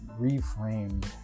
reframed